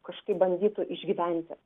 kažkaip bandytų išgyventi